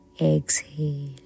Exhale